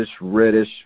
reddish